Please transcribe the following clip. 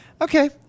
Okay